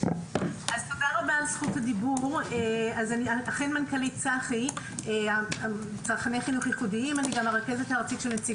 אני אגיב על מה שאמרה אביבית ואני חושבת שכדאי לשמוע גם נציגים